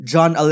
John